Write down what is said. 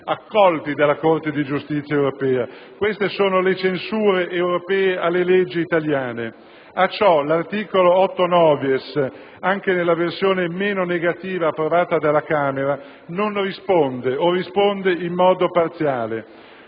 accolti dalla Corte di giustizia europea. Queste sono le censure europee alle leggi italiane. A ciò l'articolo 8-*novies*, anche nella versione meno negativa approvata alla Camera dei deputati, non risponde o risponde in modo parziale.